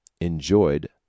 enjoyed